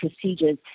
procedures